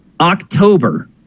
October